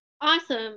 Awesome